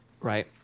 Right